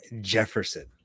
Jefferson